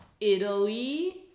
Italy